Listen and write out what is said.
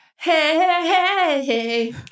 Hey